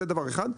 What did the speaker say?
זה דבר אחד,